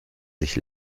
sich